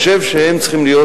חושב שהם צריכים להיות